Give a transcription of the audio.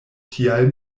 tial